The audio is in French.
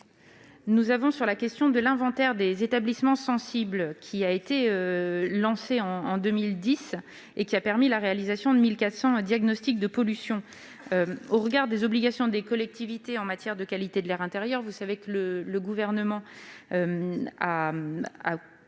défavorable. J'en arrive à l'inventaire des établissements sensibles lancé en 2010 et qui a permis la réalisation de 1 400 diagnostics de pollution. Au regard des obligations des collectivités en matière de qualité de l'air intérieur, vous savez que le Gouvernement a confié